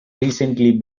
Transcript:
recently